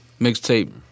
mixtape